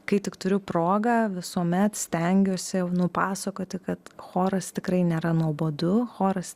kai tik turiu progą visuomet stengiuosi nupasakoti kad choras tikrai nėra nuobodu choras